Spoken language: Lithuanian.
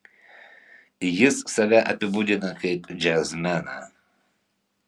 jis save apibūdina kaip džiazmeną